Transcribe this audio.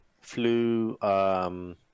flew